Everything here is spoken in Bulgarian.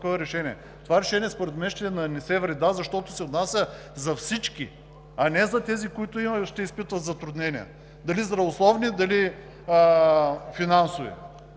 Това решение според мен ще нанесе вреда, защото се отнася за всички, а не за тези, които ще изпитват затруднения – дали здравословни, дали финансови.